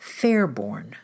Fairborn